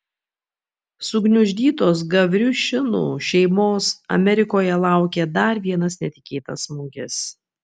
sugniuždytos gavriušinų šeimos amerikoje laukė dar vienas netikėtas smūgis